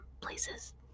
places